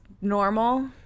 normal